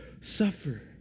suffer